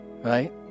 right